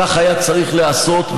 כך היה צריך להיעשות.